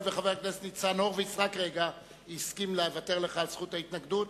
הואיל וחבר הכנסת ניצן הורוביץ הסכים לוותר לך על זכות ההתנגדות,